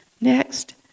Next